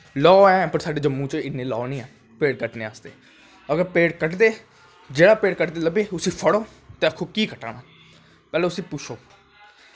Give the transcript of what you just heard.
लाह् हैन पर साढ़े जम्मू च इन्नें लाभ नी हैन पेड़ कट्टने आस्तै अगर पेड़ कटदे जेह्ड़ा पेड़ कट्टदे लब्भै उसी फड़ो ते आक्खो उसी केह कट्टा ना पैह्लैं उसी पुच्छे